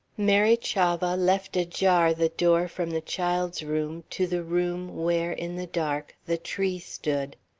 mary chavah left ajar the door from the child's room to the room where, in the dark, the tree stood.